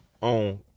on